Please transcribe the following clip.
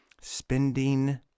spending